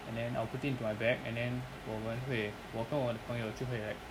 and then I'll put it into my bag and then 我们会我跟我的朋友就会 like